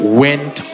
went